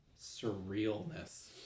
surrealness